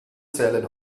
zählen